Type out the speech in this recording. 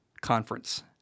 conference